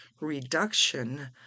reduction